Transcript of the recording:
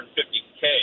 150k